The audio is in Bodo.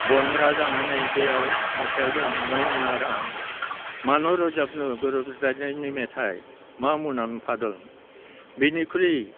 बनरा जानानै बेयाव मोसागोन नों आरो आं मानो रोजाबनो गोरोबलायनायनि मेथाइ मा मुलाम्फा दं बेनिख्रुइ